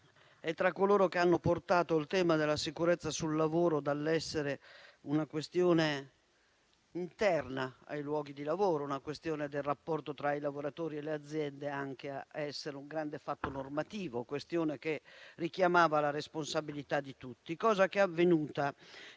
è tra coloro che hanno portato il tema della sicurezza sul lavoro dall'essere una questione interna ai luoghi di lavoro, limitata al rapporto tra i lavoratori e le aziende, a essere anche un grande fatto normativo, una questione che richiama la responsabilità di tutti. Cosa che è avvenuta -